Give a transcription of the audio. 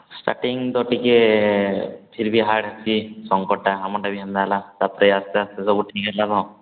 starting ତ ଟିକେ ଫିର୍ ଭି ହାଡ୍ ଟିକେ ସଙ୍କଟଟା ଆମରଟା ବି ସେମିତି ହେଲା ତାପରେ ଆସ୍ତେ ଆସ୍ତେ ସବୁ ଠିକ୍ ହେଲା କ'ଣ